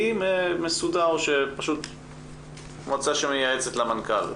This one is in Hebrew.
מסודר או שפשוט זו מועצה שמייעצת למנכ"ל?